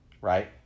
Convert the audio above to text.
right